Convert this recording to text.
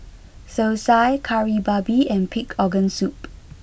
Thosai Kari Babi and Pig Organ Soup